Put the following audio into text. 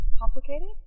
complicated